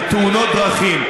בתאונות דרכים.